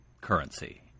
currency